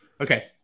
Okay